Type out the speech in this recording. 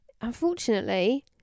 unfortunately